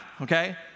okay